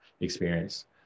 experience